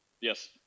Yes